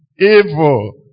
evil